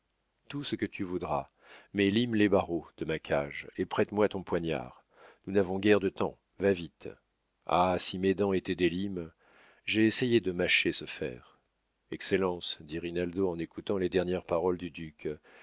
tout ce que tu voudras mais lime les barreaux de ma cage et prête-moi ton poignard nous n'avons guère de temps va vite ah si mes dents étaient des limes j'ai essayé de mâcher ce fer excellence dit rinaldo en écoutant les dernières paroles du duc